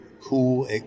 cool